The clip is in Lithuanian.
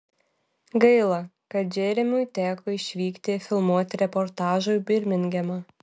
gaila kad džeremiui teko išvykti filmuoti reportažo į birmingemą